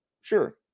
Sure